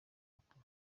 makuru